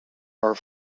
are